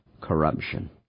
corruption